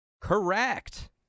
Correct